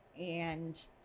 And-